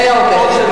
די הרבה.